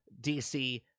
DC